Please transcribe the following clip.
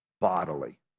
bodily